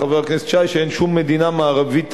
חבר הכנסת שי,